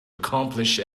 accomplish